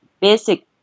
basic